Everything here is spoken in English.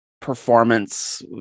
performance